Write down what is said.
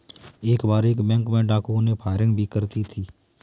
एक बार एक बैंक में डाकुओं ने फायरिंग भी कर दी थी